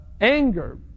Anger